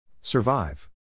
Survive